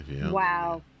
Wow